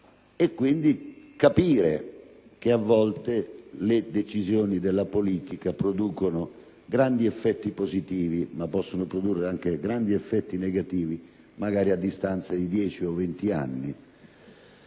e quindi capire che, a volte, le decisioni della politica producono grandi effetti positivi, ma possono produrre anche grandi effetti negativi, magari a distanza di dieci o venti anni.